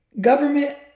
government